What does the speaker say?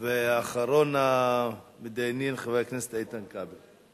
ואחרון המתדיינים, חבר הכנסת איתן כבל.